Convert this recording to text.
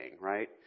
right